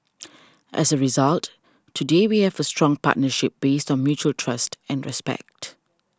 as a result today we have a strong partnership based on mutual trust and respect